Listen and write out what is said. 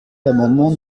l’amendement